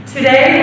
Today